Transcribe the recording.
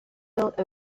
built